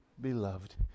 beloved